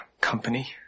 company